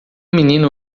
menino